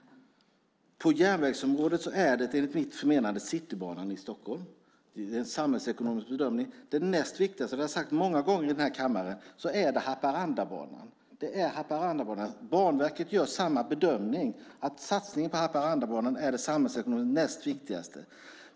På järnvägsområdet handlar det enligt mitt förmenande om Citybanan i Stockholm. Det är en samhällsekonomisk bedömning. Det näst viktigaste, vilket jag har sagt många gånger i den här kammaren, är Haparandabanan. Banverket gör samma bedömning, att satsningen på Haparandabanan är det samhällsekonomiskt näst viktigaste.